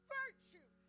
virtue